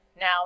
Now